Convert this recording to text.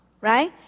right